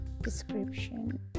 description